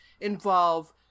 involve